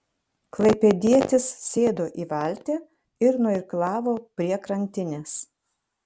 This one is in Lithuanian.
klaipėdietis sėdo į valtį ir nuirklavo prie krantinės